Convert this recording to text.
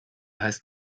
heißt